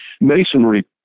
masonry